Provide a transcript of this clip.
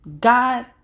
God